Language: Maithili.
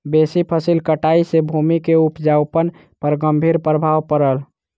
बेसी फसिल कटाई सॅ भूमि के उपजाऊपन पर गंभीर प्रभाव पड़ल